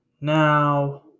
Now